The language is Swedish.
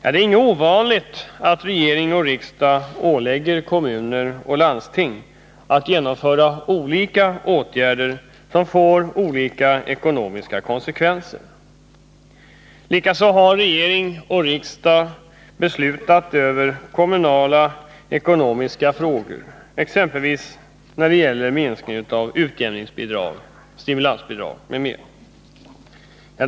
Det är inte ovanligt att regering och riksdag ålägger kommuner och landsting att genomföra åtgärder som får olika ekonomiska konsekvenser. Likaså har regering och riksdag beslutat i frågor som rör den kommunala ekonomin, exempelvis minskning av utjämningsbidrag, stimulansbidrag m.m.